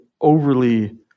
overly